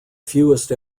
fewest